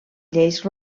lleis